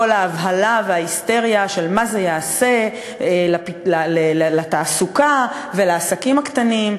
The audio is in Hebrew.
כל ההבהלה וההיסטריה של מה זה יעשה לתעסוקה ולעסקים הקטנים.